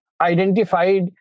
identified